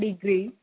degree